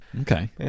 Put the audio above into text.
Okay